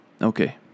Okay